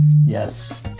Yes